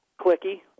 clicky